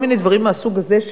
כל מיני דברים מהסוג הזה,